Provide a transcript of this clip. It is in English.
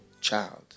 child